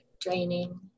draining